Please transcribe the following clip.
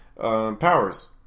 Powers